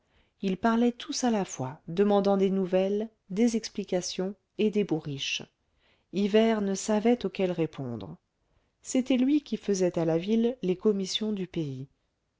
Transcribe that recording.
ils parlaient tous à la fois demandant des nouvelles des explications et des bourriches hivert ne savait auquel répondre c'était lui qui faisait à la ville les commissions du pays